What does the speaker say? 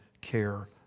care